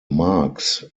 marks